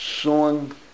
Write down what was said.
song